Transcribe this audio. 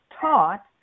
taught